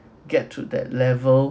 get to that level